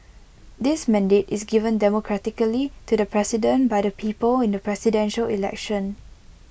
this mandate is given democratically to the president by the people in the Presidential Election